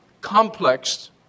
complex